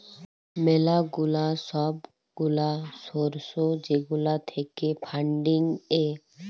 ম্যালা গুলা সব গুলা সর্স যেগুলা থাক্যে ফান্ডিং এ